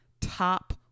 top